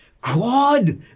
God